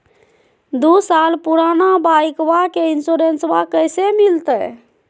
दू साल पुराना बाइकबा के इंसोरेंसबा कैसे मिलते?